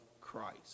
Christ